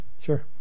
Sure